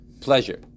pleasure